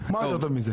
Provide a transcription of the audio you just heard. מה יותר טוב מזה?